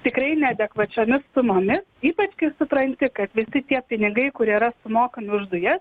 tikrai neadekvačiomis sumomis ypač kai supranti kad visi tie pinigai kurie yra sumokami už dujas